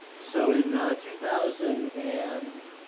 so in two thousand and